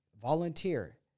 Volunteer